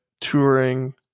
touring